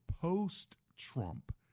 post-Trump